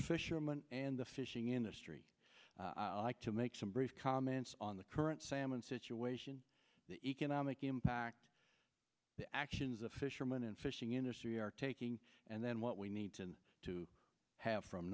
fisherman and the fishing industry i like to make some brief comments on the current salmon situation the economic impact the actions of fishermen and fishing industry are taking and then what we need to have from